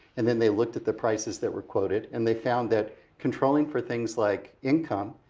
and then they looked at the prices that were quoted. and they found that controlling for things like income,